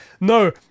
no